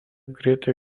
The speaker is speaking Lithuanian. greitai